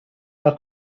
are